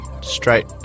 straight